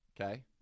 okay